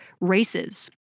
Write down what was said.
races